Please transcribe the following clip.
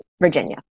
Virginia